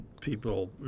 people